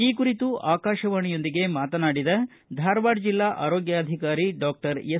ಈ ಕುರಿತು ಆಕಾಶವಾಣಿಯೊಂದಿಗೆ ಮಾತನಾಡಿದಧಾರವಾಡ ಜಿಲ್ಲಾ ಆರೋಗ್ವಾಧಿಕಾರಿ ಡಾಕ್ಟರ್ ಎಸ್